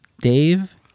Dave